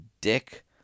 Dick